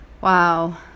wow